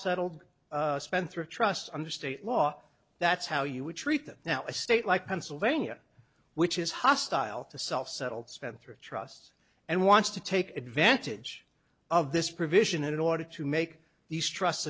settled spendthrift trusts under state law that's how you would treat them now a state like pennsylvania which is hostile to self settled spendthrift trusts and wants to take advantage of this provision in order to make these trust